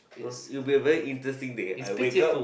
oh you'll be very interesting that I wake up